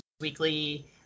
Weekly